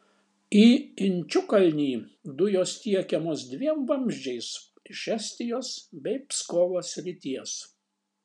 į inčukalnį dujos tiekiamos dviem vamzdžiais iš estijos bei pskovo srities